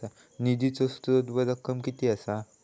निधीचो स्त्रोत व रक्कम कीती असा?